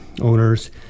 owners